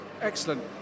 Excellent